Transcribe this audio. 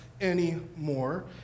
anymore